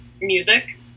music